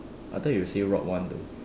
I thought you will say rot one though